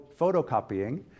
photocopying